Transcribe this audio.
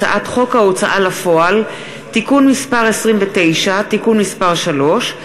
הצעת חוק ההוצאה לפועל (תיקון מס' 29) (תיקון מס' 3),